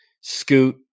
scoot